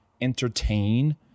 entertain